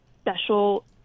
special